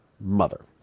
mother